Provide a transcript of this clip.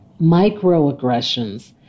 microaggressions